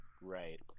Right